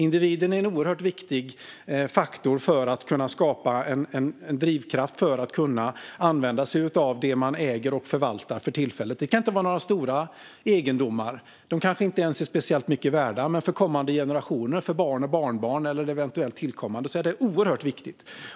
Individen är en oerhört viktigt faktor för att skapa en drivkraft så att man kan använda sig av det man för tillfället äger och förvaltar. Det är kanske inte några stora egendomar. De är kanske inte ens speciellt mycket värda, men för kommande generationer, för barn och barnbarn eller eventuellt tillkommande, är det oerhört viktigt.